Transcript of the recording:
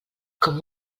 com